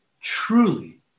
truly